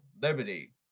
Liberty